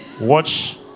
watch